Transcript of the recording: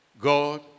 God